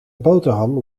boterham